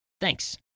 Thanks